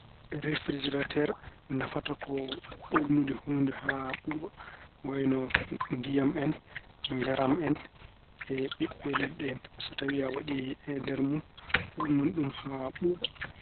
Refijirateer nafata ko ɓuuɓnude huunde haa ɓuuɓa wayno ndiyam en, njaram en, e ɓiɓɓe leɗɗe en. So tawi a waɗi e nder mun, ɓuuɓnan ɗum haa ɓuuɓa.